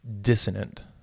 dissonant